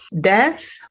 death